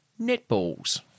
Netballs